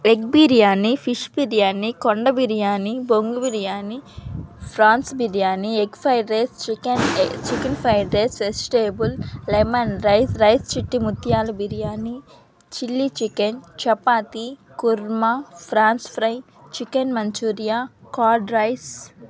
egg biryani fish biryani కొండ బిర్యానీ బొంగు biryani prawns biryani egg fried rice chicken chicken fried rice vegetable lemon rice rice చిట్టి ముత్యాల biryani chilli chicken chapati kurma prawns fry chicken manchurian curd rice